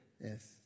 Yes